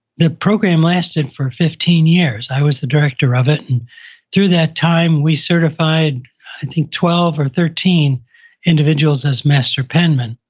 the program lasted for fifteen years, i was the director of it. and through that time, we certified i think twelve or thirteen individuals as master penmen.